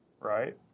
Right